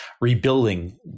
rebuilding